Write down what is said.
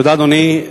תודה, אדוני.